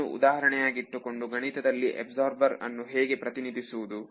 ಇದನ್ನು ಉದಾಹರಣೆಯಾಗಿಟ್ಟುಕೊಂಡು ಗಣಿತದಲ್ಲಿ ಅಬ್ಸರ್ಬರ್ ಅನ್ನು ಹೇಗೆ ಪ್ರತಿನಿಧಿಸುವುದು